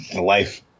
life